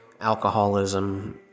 alcoholism